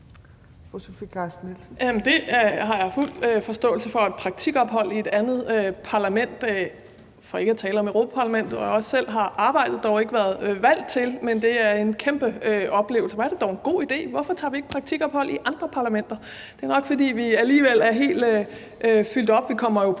det dog en god idé med praktikophold i et andet parlament, for ikke at tale om Europa-Parlamentet, hvor jeg også selv har arbejdet, dog ikke været valgt til. Det er en kæmpe oplevelse. Hvorfor tager vi ikke praktikophold i andre parlamenter? Det er nok, fordi vi alligevel er helt fyldt op. Vi kommer jo på